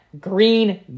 Green